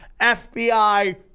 FBI